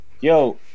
Yo